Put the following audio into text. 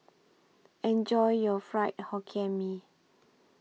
Enjoy your Fried Hokkien Mee